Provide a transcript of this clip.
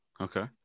Okay